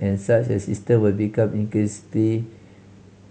and such a system will become increasingly